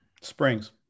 Springs